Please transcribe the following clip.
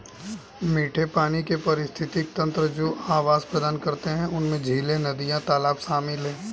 मीठे पानी के पारिस्थितिक तंत्र जो आवास प्रदान करते हैं उनमें झीलें, नदियाँ, तालाब शामिल हैं